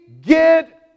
get